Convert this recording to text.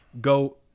go